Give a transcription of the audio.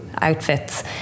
outfits